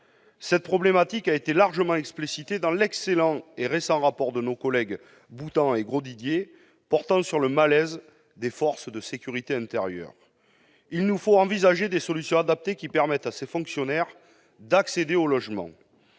Cette problématique a été largement explicitée dans l'excellent et récent rapport de nos collègues Michel Boutant et François Grosdidier, qui porte sur le malaise des forces de sécurité intérieure. Il nous faut envisager des solutions adaptées qui permettent à ces fonctionnaires d'accéder au logement.